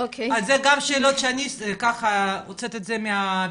אז אלו גם שאלות שגם אני תהיתי, הוצאת את זה מפי,